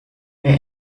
wir